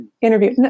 interview